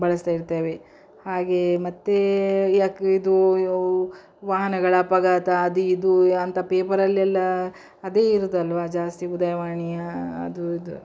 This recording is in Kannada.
ಬಳಸ್ತಾ ಇರ್ತೇವೆ ಹಾಗೇ ಮತ್ತು ಯಾಕೆ ಇದು ವಾಹನಗಳ ಅಪಘಾತ ಅದು ಇದು ಅಂತ ಪೇಪರಲ್ಲೆಲ್ಲ ಅದೇ ಇರುವುದಲ್ವಾ ಜಾಸ್ತಿ ಉದಯವಾಣಿ ಅದು ಇದು